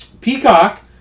Peacock